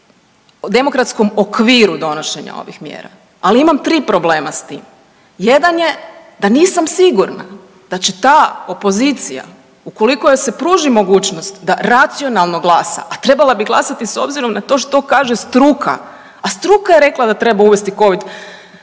demokratskom okviru donošenja ovih mjera, ali imam 3 problema s tim. Jedan je da nisam sigurna da će ta opozicija ukoliko joj se pruži mogućnost da racionalno glasa, a treba bi glasati s obzirom na to što kaže struka, a struka je rekla da treba uvesti Covid